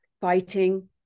fighting